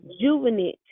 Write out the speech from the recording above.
juvenile